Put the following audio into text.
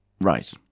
Right